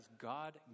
God